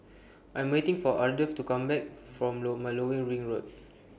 I Am waiting For Ardeth to Come Back from Low Ring Road